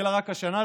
שהתחילה רק השנה,